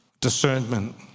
discernment